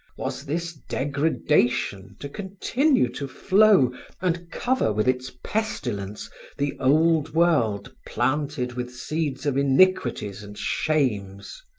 was this degradation to continue to flow and cover with its pestilence the old world planted with seeds of iniquities and shames?